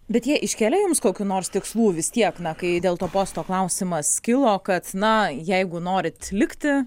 bet jie iškėlė jums kokių nors tikslų vis tiek na kai dėl to posto klausimas kilo kad na jeigu norit likti